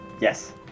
yes